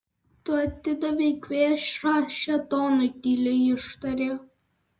tu atidavei kvėšą šėtonui tyliai ištarė